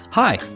Hi